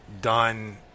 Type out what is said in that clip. done